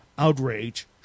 Outrage